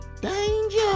danger